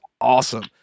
awesome